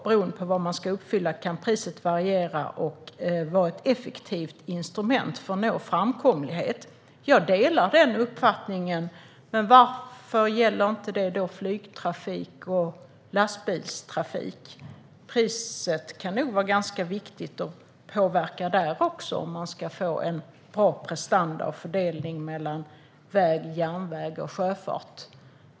Beroende på vilket mål som ska uppfyllas kan priset variera och vara ett effektivt instrument för att nå framkomlighet. Jag delar den uppfattningen. Men varför gäller inte detta flygtrafik och lastbilstrafik? Priset kan nog vara ganska viktigt och påverka även där om man ska få en bra prestanda och fördelning mellan väg, järnväg och sjöfart.